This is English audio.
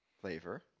flavor